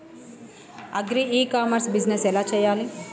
Agri e commerce business ఎలా చెయ్యాలి?